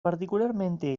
particularmente